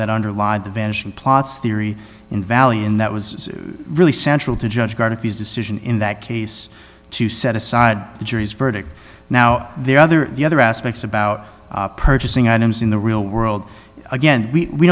that underlie the vanishing plots theory in value in that was really central to judge god if he's decision in that case to set aside the jury's verdict now there are other the other aspects about purchasing items in the real world again we